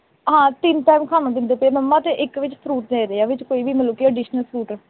ਹਾਂ ਤਿੰਨ ਟਾਈਮ ਖਾਣਾ ਦਿੰਦੇ ਪਏ ਮੰਮਾ ਅਤੇ ਇੱਕ ਵਿੱਚ ਫਰੂਟ ਦੇ ਰਹੇ ਹੈ ਵਿੱਚ ਕੋਈ ਵੀ ਮਤਲਬ ਕਿ ਐਡੀਸ਼ਨਲ ਫਰੂਟ